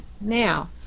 Now